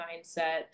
mindset